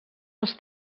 als